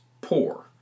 poor